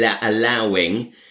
allowing